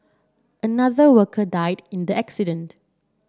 another worker died in the accident